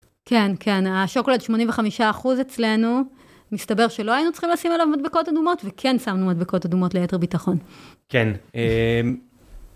כן כן השוקולד 85% אצלנו מסתבר שלא היינו צריכים לשים עליו מדבקות אדומות וכן שמנו מדבקות אדומות ליתר ביטחון. כן.